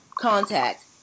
contact